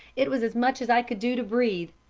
it was as much as i could do to breathe,